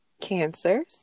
cancers